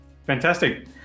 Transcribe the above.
Fantastic